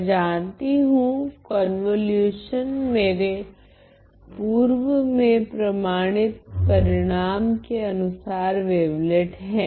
मैं जानती हूँ कि कोंवोलुशन मेरे पूर्व में प्रमाणित परिणाम के अनुसार वेवलेट हैं